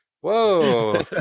Whoa